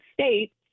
States